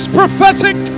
prophetic